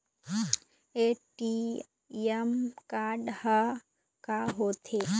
ATM card हा का होते?